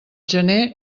gener